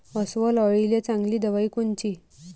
अस्वल अळीले चांगली दवाई कोनची?